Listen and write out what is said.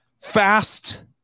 Fast